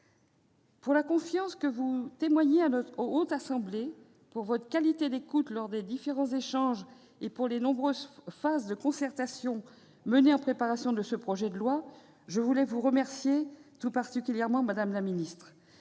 pour la confiance que vous témoignez à la Haute Assemblée, pour votre qualité d'écoute lors des différents échanges et pour les nombreuses phases de concertation menées en préparation de ce projet de loi, je tiens à vous remercier tout particulièrement. Je remercie